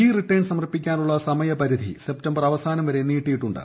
E return സമർപ്പിക്കാനുള്ള സമയപരിധി September അവസാനം വരെ നീട്ടിയിട്ടുണ്ട്